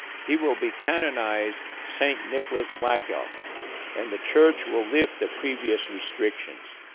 he will be canonized saint nicholas black elk and the church will lift the previous restrictions.